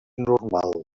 normal